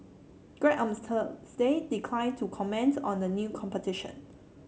grab on Thursday declined to comment on the new competition